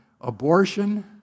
abortion